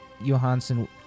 Johansson